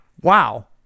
wow